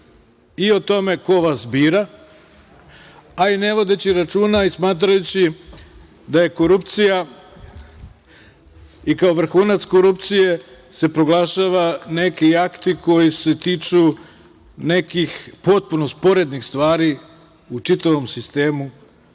i o tome ko vas bira i ne vodeći računa i smatrajući da je korupcija i kao vrhunac korupcije se proglašavaju neki akti koji se tiču nekih potpuno sporednih stvari u čitavom sistemu